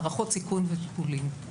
הערכות סיכון בטיפולים.